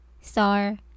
Star